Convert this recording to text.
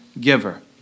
giver